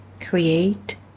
create